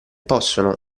possono